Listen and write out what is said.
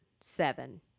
Seven